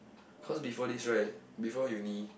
cause before this right before uni